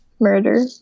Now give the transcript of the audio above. murder